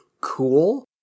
cool